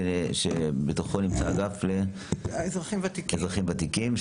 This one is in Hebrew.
שבתוכו נמצא האגף לאזרחים ותיקים.